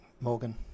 Morgan